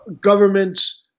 governments